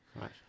Right